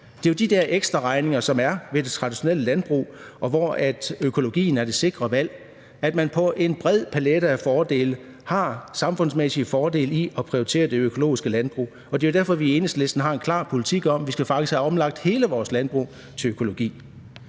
jo de der ekstraregninger, som der er ved det traditionelle landbrug, der gør, at økologien er det sikre valg, for der er en bred palet af samfundsmæssige fordele ved at prioritere det økologiske landbrug. Det er jo derfor, at vi i Enhedslisten har en klar politik om, at vi faktisk skal have omlagt hele vores landbrug til økologi.